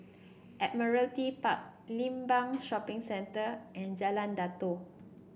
Admiralty Park Limbang Shopping Centre and Jalan Datoh